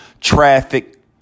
traffic